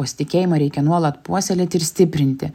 pasitikėjimą reikia nuolat puoselėt ir stiprinti